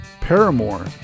Paramore